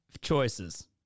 choices